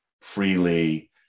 freely